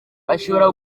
bashobora